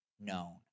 known